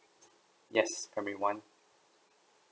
yes primary one